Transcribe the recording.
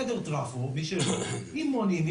חדר טראפו משלו עם מונים,